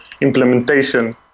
implementation